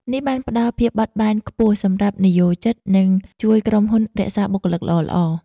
នេះបានផ្តល់ភាពបត់បែនខ្ពស់សម្រាប់និយោជិត និងជួយក្រុមហ៊ុនរក្សាបុគ្គលិកល្អៗ។